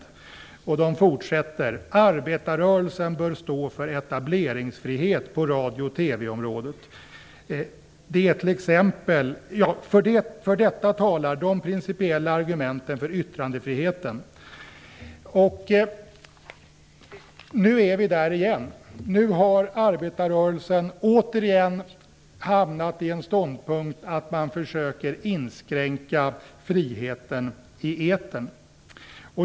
Motionärerna skriver vidare: "Arbetarrörelsen bör stå för etableringsfrihet på radio och TV-området. För detta talar de principiella argumenten för yttrandefriheten." Nu är vi där igen. Nu har arbetarrörelsen återigen hamnat i en ståndpunkt att man försöker inskränka friheten i etern.